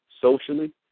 socially